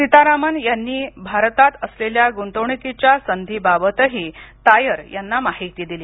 सीतारामन यांनी भारतात असलेल्या गुंतवणूकीच्या संधींबाबतही तायर यांना माहिती दिली